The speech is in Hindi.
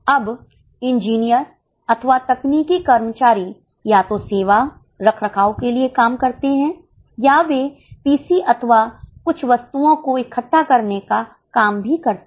अब इंजीनियर अथवा तकनीकी कर्मचारी या तो सेवा रखरखाव के लिए काम करते है या वे पीसी अथवा कुछ वस्तुओं को इकट्ठा करने का काम भी करते हैं